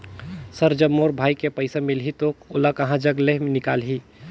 Sir जब मोर भाई के पइसा मिलही तो ओला कहा जग ले निकालिही?